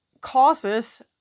causes